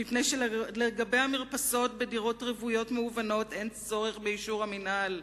מפני שלגבי המרפסות בדירות רוויות מהוונות אין צורך באישור המינהל.